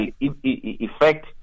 effect